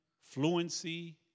fluency